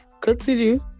continue